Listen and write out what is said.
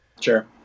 Sure